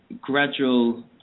gradual